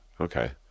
Okay